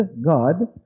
God